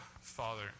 Father